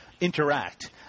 interact